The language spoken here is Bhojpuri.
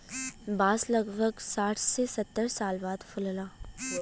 बांस लगभग साठ से सत्तर साल बाद फुलला